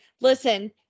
listen